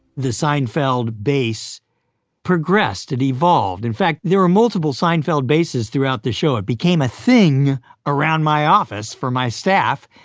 the seinfeld bass progressed, it evolved. in fact, there were multiple seinfeld basses throughout the show. it became a thing around my office for my staff,